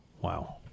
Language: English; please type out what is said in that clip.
Wow